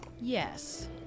Yes